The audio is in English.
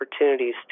opportunities